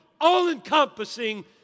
all-encompassing